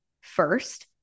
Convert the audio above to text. first